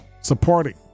supporting